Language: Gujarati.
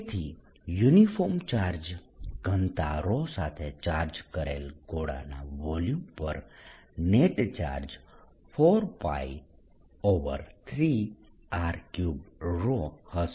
તેથી યુનિફોર્મ ચાર્જ ઘનતા સાથે ચાર્જ કરેલ ગોળાનાં વોલ્યુમ પર નેટ ચાર્જ 4π3R3 હશે